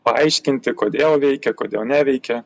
paaiškinti kodėl veikia kodėl neveikia